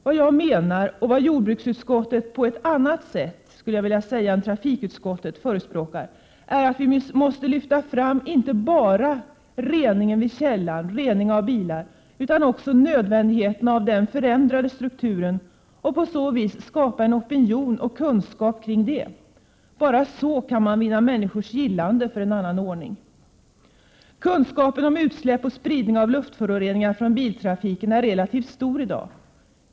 Vad jag menar och vad jordbruksutskottet på ett annat sätt än trafikutskottet förespråkar är att vi måste lyfta fram inte bara reningen vid källan, rening av bilar, utan också nödvändigheten av den förändrade strukturen och på så vis skapa opinion och kunskap kring det. Bara så kan man vinna människors gillande för en annan ordning. Kunskapen om utsläpp och spridning av luftföroreningar från biltrafiken är relativt stor i dag.